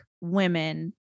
women